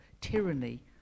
tyranny